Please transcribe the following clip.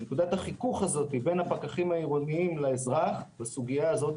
בין הפקחים העירוניים לאזרח בסוגיה הזאת,